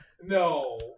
No